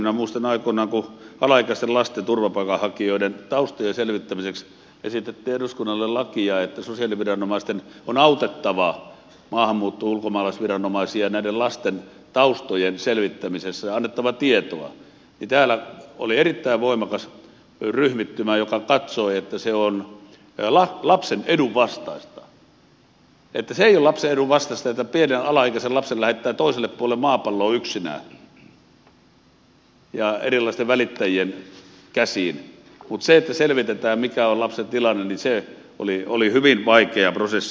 minä muistan aikoinaan että kun alaikäisten lasten turvapaikanhakijoiden taustojen selvittämiseksi esitettiin eduskunnalle lakia että sosiaaliviranomaisten on autettava maahanmuutto ulkomaalaisviranomaisia näiden lasten taustojen selvittämisessä ja annettava tietoa niin täällä oli erittäin voimakas ryhmittymä joka katsoi että se on lapsen edun vastaista että se ei ole lapsen edun vastaista että pienen alaikäisen lapsen lähettää toiselle puolelle maapalloa yksinään ja erilaisten välittäjien käsiin mutta se että selvitetään mikä on lapsen tilanne oli hyvin vaikea prosessi